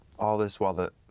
all this while the